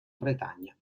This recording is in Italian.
bretagna